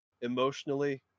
emotionally